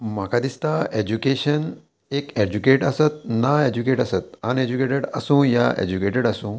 म्हाका दिसता एज्युकेशन एक एज्युकेट आसत ना एज्युकेट आसत अनएज्युकेटेड आसूं या एज्युकेटेड आसूं